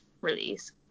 release